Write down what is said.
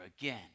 again